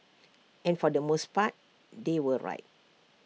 and for the most part they were right